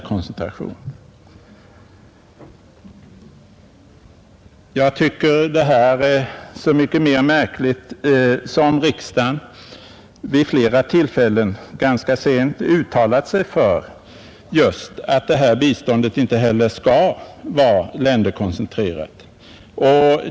Jag tycker att propåerna att koncentrera den är så mycket mera märkliga som riksdagen vid flera tillfällen ganska sent uttalat sig för att just detta bistånd inte skall vara länderkoncentrerat.